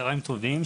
צוהריים טובים,